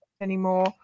anymore